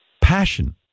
passion